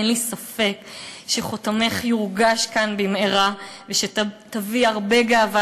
אין לי ספק שחותמך יורגש כאן במהרה ושתביאי הרבה גאווה